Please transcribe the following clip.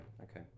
okay